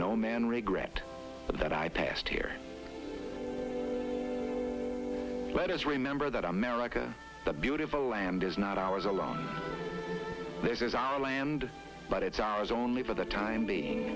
no man regret that i passed here let us remember that america the beautiful land is not ours alone this is our land but it's ours only for the time being